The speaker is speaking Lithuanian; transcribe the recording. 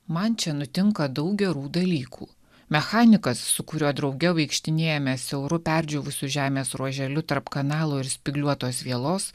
man čia nutinka daug gerų dalykų mechanikas su kuriuo drauge vaikštinėjome siauru perdžiūvusiu žemės ruoželiu tarp kanalo ir spygliuotos vielos